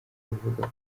bivugwa